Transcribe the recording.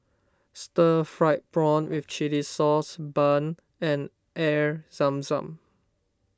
Stir Fried Prawn with Chili Sauce Bun and Air Zam Zam